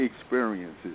experiences